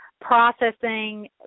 processing